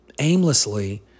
aimlessly